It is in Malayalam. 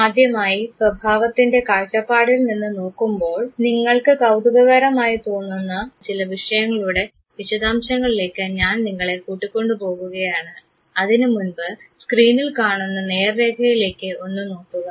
ആദ്യമായി സ്വഭാവത്തിൻറെ കാഴ്ചപ്പാടിൽ നിന്നു നോക്കുമ്പോൾ നിങ്ങൾക്ക് കൌതുകകരമായി തോന്നുന്ന ചില വിഷയങ്ങളുടെ വിശദാംശങ്ങളിലേക്ക് ഞാൻ നിങ്ങളെ കൂട്ടിക്കൊണ്ടു പോകുകയാണ് അതിനുമുമ്പ് സ്ക്രീനിൽ നിങ്ങൾ കാണുന്ന നേർരേഖയിലേക്ക് ഒന്ന് നോക്കുക